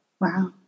Wow